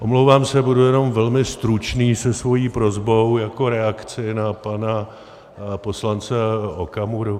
Omlouvám se, budu jenom velmi stručný se svou prosbou jako reakcí na pana poslance Okamuru.